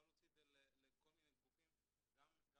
אפשר להוציא את זה לכל מיני גופים, גם מבטחים